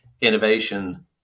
innovation